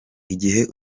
igihe